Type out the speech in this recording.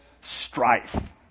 strife